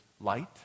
light